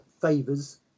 favors